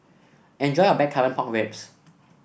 enjoy your Blackcurrant Pork Ribs